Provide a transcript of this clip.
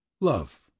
Love